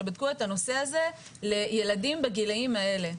שבדקו את הנושא הזה לילדים בגילאים האלה.